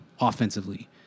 offensively